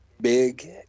Big